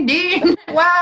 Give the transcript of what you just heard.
Wow